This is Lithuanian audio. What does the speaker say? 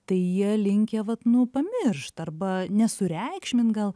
tai jie linkę vat nu pamiršt arba nesureikšmint gal